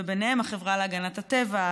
וביניהם החברה להגנת הטבע,